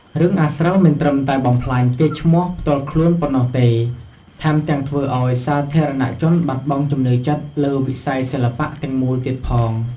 រឿងអាស្រូវមិនត្រឹមតែបំផ្លាញកេរ្តិ៍ឈ្មោះផ្ទាល់ខ្លួនប៉ុណ្ណោះទេ ថែមទាំងធ្វើឱ្យ សាធារណជនបាត់បង់ជំនឿចិត្តលើវិស័យសិល្បៈទាំងមូលទៀតផង។